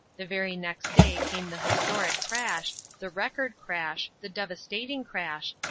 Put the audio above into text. the very next day came the historic crash, the record crash, the devastating crash,